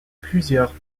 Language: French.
plusieurs